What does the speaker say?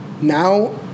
now